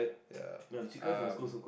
ya um